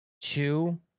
two